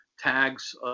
tags